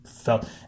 felt